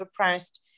overpriced